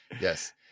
Yes